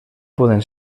poden